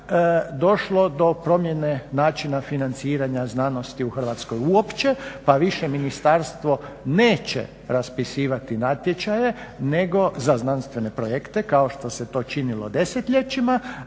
došlo do promjene načina financiranja znanosti u Hrvatskoj uopće pa više ministarstvo neće raspisivati natječaje za znanstvene projekte kao što se to to činilo desetljećima,